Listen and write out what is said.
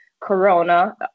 corona